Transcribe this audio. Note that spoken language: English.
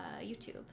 YouTube